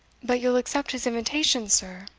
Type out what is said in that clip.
but you'll accept his invitation, sir?